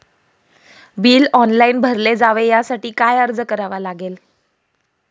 Bill online भरले जावे यासाठी काय अर्ज करावा लागेल?